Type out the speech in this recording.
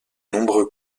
nombreux